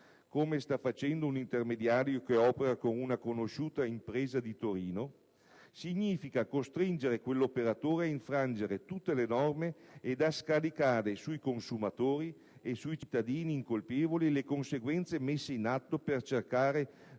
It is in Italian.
come sta facendo un intermediario che opera con una conosciuta impresa di Torino, significa costringere quell'operatore ad infrangere tutte le norme e a scaricare sui consumatori e sui cittadini incolpevoli le conseguenze messe in atto per cercare